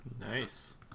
Nice